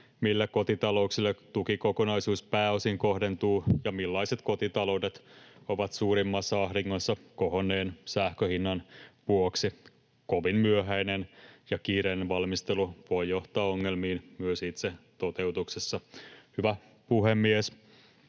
mille kotitalouksille tukikokonaisuus pääosin kohdentuu ja millaiset kotitaloudet ovat suurimmassa ahdingossa kohonneen sähkönhinnan vuoksi. Kovin myöhäinen ja kiireinen valmistelu voi johtaa ongelmiin myös itse toteutuksessa. Hyvä puhemies!